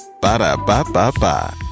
Ba-da-ba-ba-ba